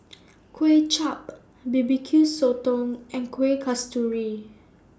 Kuay Chap Barbecue Sotong and Kuih Kasturi